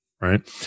right